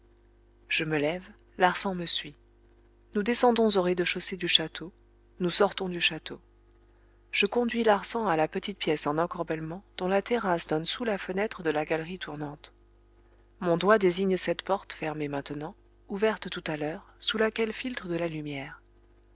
je me lève larsan me suit nous descendons au rez-dechaussée du château nous sortons du château je conduis larsan à la petite pièce en encorbellement dont la terrasse donne sous la fenêtre de la galerie tournante mon doigt désigne cette porte fermée maintenant ouverte tout à l'heure sous laquelle filtre de la lumière